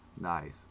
nice